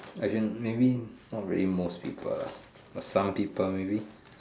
as in maybe not really most people lah but some people maybe